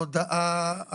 ההודעה,